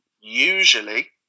usually